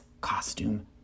costume